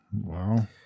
Wow